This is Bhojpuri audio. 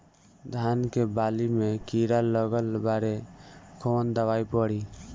धान के बाली में कीड़ा लगल बाड़े कवन दवाई पड़ी?